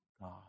God